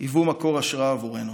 היוו מקור השראה עבורנו,